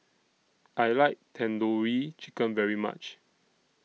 I like Tandoori Chicken very much